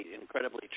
incredibly